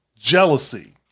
jealousy